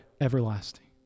Everlasting